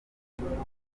mukundwa